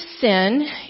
sin